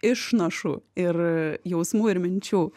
išnašų ir jausmų ir minčių